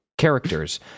characters